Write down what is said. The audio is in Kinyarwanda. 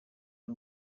ari